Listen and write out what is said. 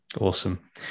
Awesome